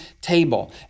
table